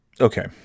Okay